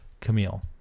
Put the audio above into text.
camille